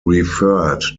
referred